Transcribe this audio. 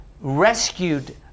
rescued